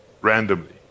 randomly